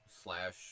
slash